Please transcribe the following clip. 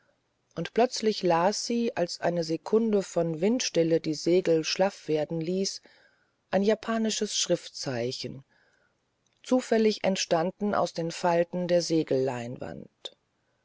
und plötzlich las sie als eine sekunde von windstille die segel schlaff werden ließ ein japanisches schriftzeichen zufällig entstanden aus den falten jeder